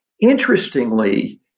Interestingly